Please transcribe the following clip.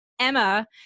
Emma